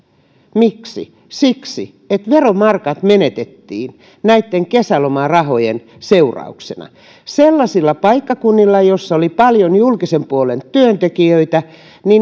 miksi siksi että veromarkat menetettiin näitten kesälomarahojen seurauksena sellaisilla paikkakunnilla missä oli paljon julkisen puolen työntekijöitä